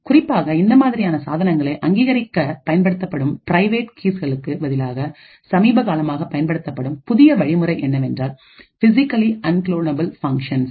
குறிப்பாக இந்த மாதிரியான சாதனங்களை அங்கீகரிக்க பயன்படுத்தப்படும் பிரைவேட் கீஸ்கலுக்கு பதிலாக சமீபகாலமாக பயன்படுத்தப்படும் புதிய வழிமுறை என்னவென்றால் பிசிக்கலி அன்குலோனபுல் ஃபங்ஷன்ஸ்